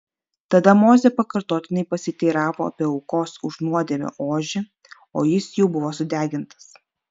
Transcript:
tada mozė pakartotinai pasiteiravo apie aukos už nuodėmę ožį o jis jau buvo sudegintas